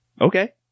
Okay